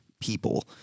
people